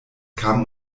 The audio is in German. kam